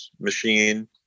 machine